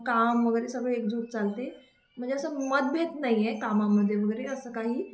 काम वगैरे सगळं एकजूट चालते म्हणजे असं मतभेद नाही आहे कामामध्ये वगैरे असं काही